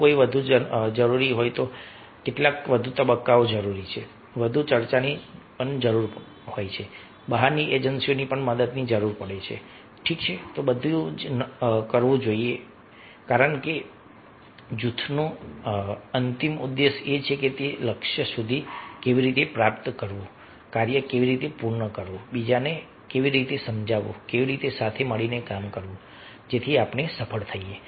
જો કંઈક વધુ જરૂરી હોય તો કેટલાક વધુ તબક્કાઓ જરૂરી છે વધુ ચર્ચાની જરૂર છે બહારની એજન્સીઓની મદદની જરૂર છે ઠીક છે બધું જ કરવું જોઈએ કારણ કે જૂથનો અંતિમ ઉદ્દેશ એ છે કે લક્ષ્ય કેવી રીતે પ્રાપ્ત કરવું કાર્ય કેવી રીતે કરવું બીજાને કેવી રીતે સમજાવવું કેવી રીતે સાથે મળીને કામ કરવું જેથી આપણે સફળ થઈએ